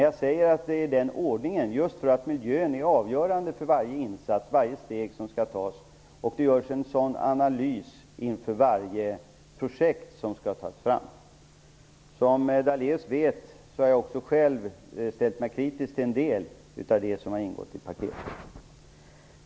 Jag säger dem i den ordningen just för att miljön är avgörande för varje insats och varje steg som skall tas. Det görs en analys inför varje projekt som skall tas fram. Som Lennart Daléus vet har jag också själv ställt mig kritisk till en del av det som ingått i paketet.